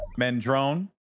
Mendrone